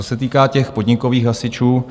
Co se týká těch podnikových hasičů.